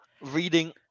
Reading